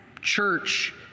church